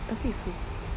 taufik is who